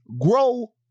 grow